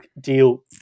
deal